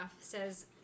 says